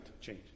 change